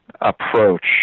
approach